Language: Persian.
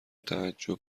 تعجب